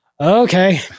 okay